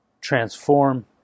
transform